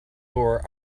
tore